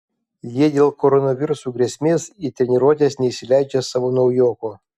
jie dėl koronaviruso grėsmės į treniruotes neįsileidžia savo naujoko